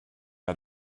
out